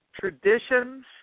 traditions